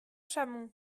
chamond